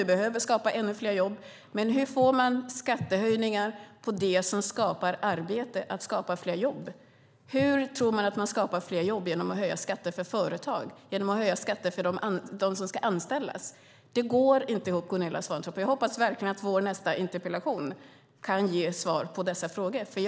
Vi behöver skapa ännu fler jobb. Men hur kan skattehöjningar på sådant som skapar arbete samtidigt skapa fler jobb? Hur tror man att man skapar fler jobb genom att höja skatterna för företagen och genom att höja skatterna för dem som ska anställas? Det går inte ihop, Gunilla Svantorp. Jag hoppas verkligen att vår nästa interpellationsdebatt kan ge svar på dessa frågor.